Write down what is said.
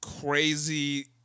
crazy